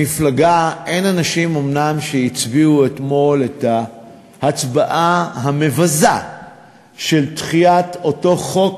במפלגה אין אנשים שהצביעו אתמול בהצבעה המבזה של דחיית אותו חוק,